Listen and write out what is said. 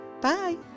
Bye